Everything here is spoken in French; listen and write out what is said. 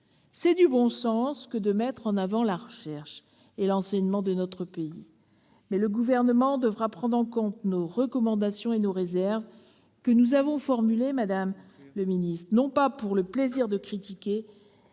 C'est du bon sens que de mettre en avant la recherche et l'enseignement de notre pays. Mais le Gouvernement devra prendre en compte nos recommandations et nos réserves ; nous les avons formulées, non pas pour le plaisir de critiquer,